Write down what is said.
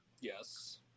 Yes